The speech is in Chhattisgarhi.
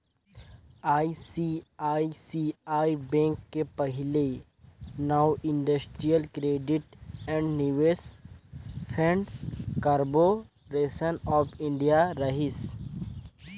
आई.सी.आई.सी.आई बेंक के पहिले नांव इंडस्टिरियल क्रेडिट ऐंड निवेस भेंट कारबो रेसन आँफ इंडिया रहिस